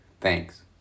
Thanks